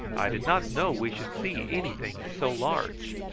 i did not know we should see anything so large.